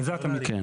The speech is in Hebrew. לזה אתה מתכוון?